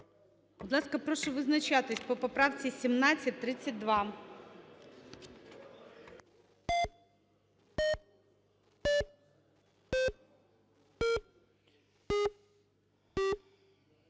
Будь ласка, прошу визначатись по поправці 1732.